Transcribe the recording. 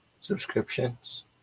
subscriptions